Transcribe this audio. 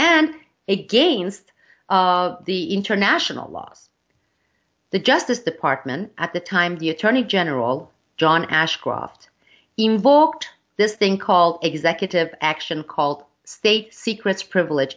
and against the international laws the justice department at the time the attorney general john ashcroft invoked this thing called executive action called state secrets privilege